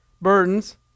burdens